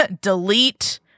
Delete